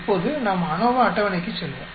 இப்போது நாம் அநோவா அட்டவணைக்கு செல்வோம்